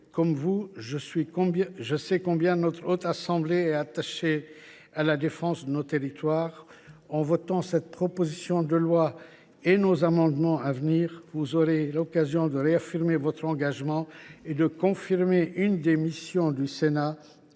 Comme vous, je sais combien la Haute Assemblée est attachée à la défense de nos territoires. En votant cette proposition de loi et nos amendements, vous aurez l’occasion de réaffirmer votre engagement et de confirmer l’une des missions du Sénat